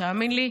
תאמין לי.